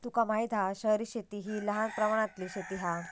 तुका माहित हा शहरी शेती हि लहान प्रमाणातली शेती हा